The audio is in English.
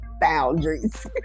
boundaries